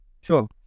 Sure